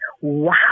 wow